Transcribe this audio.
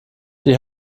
die